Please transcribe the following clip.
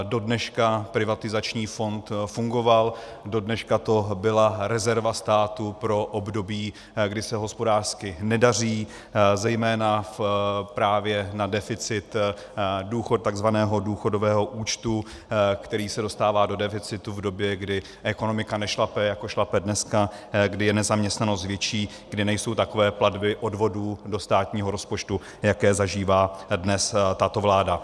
Dodneška privatizační fond fungoval, dodneška to byla rezerva státu pro období, kdy se hospodářsky nedaří, zejména právě na deficit tzv. důchodového účtu, který se dostává do deficitu v době, kdy ekonomika nešlape, jako šlape dneska, kdy je nezaměstnanost větší, kdy nejsou takové platby odvodů do státního rozpočtu, jaké zažívá dnes tato vláda.